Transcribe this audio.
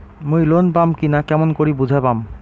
মুই লোন পাম কি না কেমন করি বুঝা পাম?